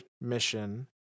mission